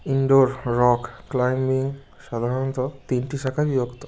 indoor rock climbing সাধারণত তিনটি শাখায় বিভক্ত